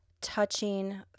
touching